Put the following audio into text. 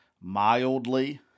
mildly